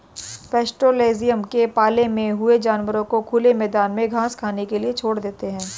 pastoralism में पाले हुए जानवरों को खुले मैदान में घास खाने के लिए छोड़ देते है